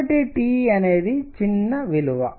కాబట్టి T అనేది చిన్న విలువ